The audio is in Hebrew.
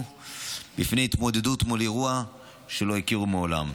בפני התמודדות עם אירוע שלא הכירו מעולם.